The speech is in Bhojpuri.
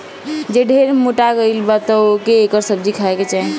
जे ढेर मोटा गइल बा तअ ओके एकर सब्जी खाए के चाही